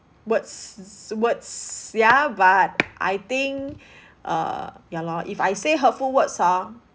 words words ya but I think err ya lor if I say hurtful words ah